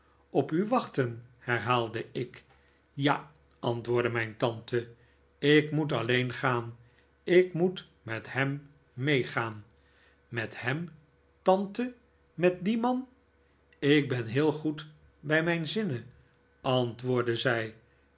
op u wachten herhaalde ik ja antwoordde mijn tante ik moet alleen gaan ik moet met hem meegaan met hem tante met dien man ik ben heel goed bij mijn zinnen antwoordde zij